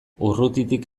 urrutitik